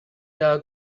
the